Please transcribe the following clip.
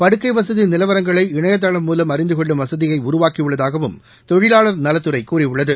படுக்கை வசதி நிலவரங்களை இணையதளம் மூலம் அறிந்துக் கொள்ளும் வசதியை உருவாக்கியுள்ளதாகவும் தொழிலாளர் நலத்துறை கூறியுள்ளது